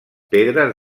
pedres